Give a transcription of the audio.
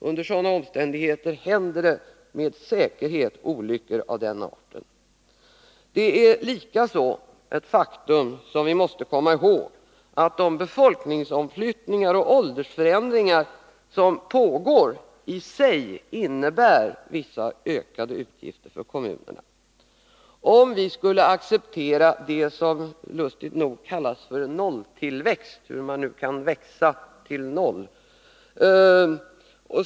Under sådana omständigheter händer det med säkerhet olyckor av den arten. Det är likaså ett faktum som vi måste komma ihåg, att de befolkningsomflyttningar och åldersförändringar som pågår i sig innebär vissa ökade utgifter för kommunerna. Om vi skulle acceptera det som lustigt nog kallas nolltillväxt — hur kan något växa till noll?